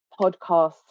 podcasts